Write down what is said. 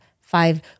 five